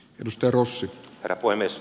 ylistarossa varapuhemies